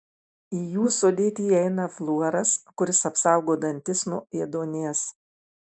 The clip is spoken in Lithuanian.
į jų sudėtį įeina fluoras kuris apsaugo dantis nuo ėduonies